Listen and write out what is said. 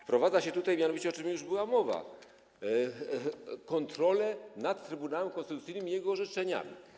Wprowadza się tutaj, o czym już była mowa, kontrolę nad Trybunałem Konstytucyjnym i jego orzeczeniami.